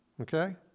okay